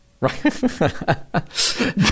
Right